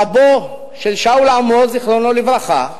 סבו של שאול עמור, זכרו לברכה,